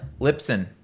lipson